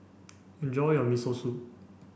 enjoy your Miso Soup